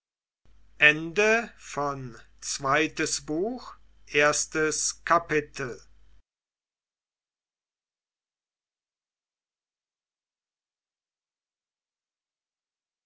zweites buch erstes kapitel